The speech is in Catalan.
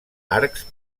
arcs